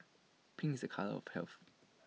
pink's A colour of health